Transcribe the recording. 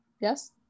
Yes